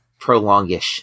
prolongish